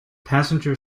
passenger